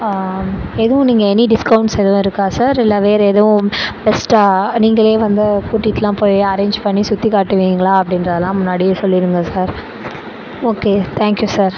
எதுவும் நீங்கள் any discounts எதுவும் இருக்கா சார் இல்லை வேறே எதுவும் பெஸ்ட்டாக நீங்களே வந்து கூட்டிட்டுலாம் போய் அரேஞ்ச் பண்ணி சுற்றி காட்டுவீங்களா அப்படின்றதெல்லாம் முன்னாடியே சொல்லிடுங்க sir okay thank you sir